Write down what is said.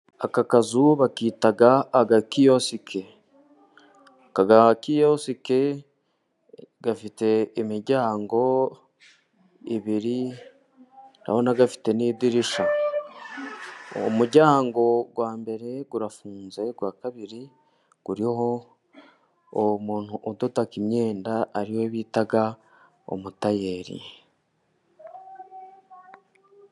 Aka kazu bakita agakiyosike aka gakiyosike gafite imiryango ibiri, ndabona gafite n'idirishya, umuryango wa mbere urafunze uwa kabiri uriho uwo muntu udoda imyenda ari we bita umutayeri.